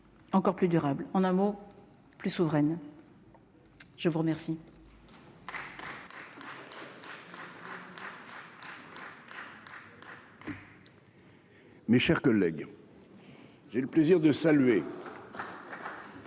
encore plus durable, en un mot plus souveraine, je vous remercie.